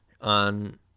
on